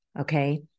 Okay